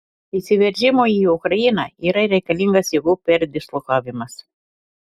įsiveržimui į ukrainą yra reikalingas jėgų perdislokavimas